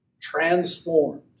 transformed